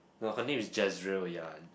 no her name is Jezreel ya